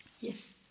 Yes